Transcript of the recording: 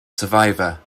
survivor